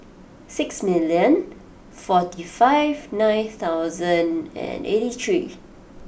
six million forty five nine thousand and eighty three